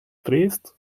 drehst